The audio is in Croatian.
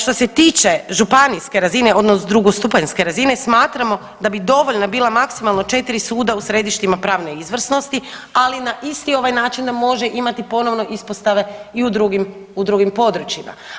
Što se tiče županijske razine odnosno drugostupanjske razine smatramo da bi dovoljna bila maksimalno 4 suda u središtima pravne izvrsnosti, ali na isti ovaj način može imati ponovno ispostave i u drugim, u drugim područjima.